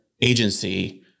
agency